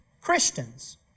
Christians